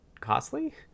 costly